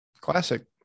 Classic